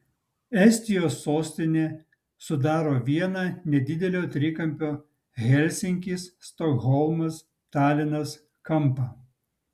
estijos sostinė sudaro vieną nedidelio trikampio helsinkis stokholmas talinas kampą